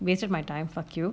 wasted my time fuck you